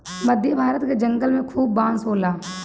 मध्य भारत के जंगल में खूबे बांस होला